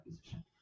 position